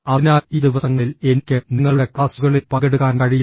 അതിനാൽ ഈ ദിവസങ്ങളിൽ എനിക്ക് നിങ്ങളുടെ ക്ലാസുകളിൽ പങ്കെടുക്കാൻ കഴിയില്ല